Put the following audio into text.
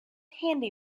handy